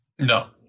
No